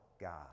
God